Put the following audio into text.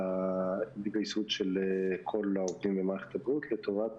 להתגייסות של כל העובדים במערכת הבריאות לטובת